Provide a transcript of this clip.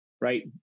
right